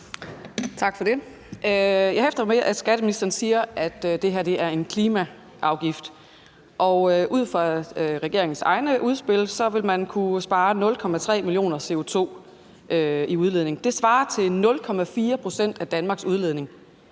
Tak for det. Jeg hæfter mig ved, at skatteministeren siger, at det her er en klimaafgift, og ud fra regeringens egne udspil vil man kunne spare 0,3 mio. t CO2-udledning. Det svarer til 0,4 pct. af Danmarks udledning.